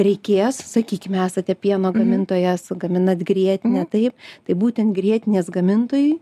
reikės sakykime esate pieno gamintojas gaminat grietinę taip tai būtent grietinės gamintojui